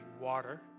water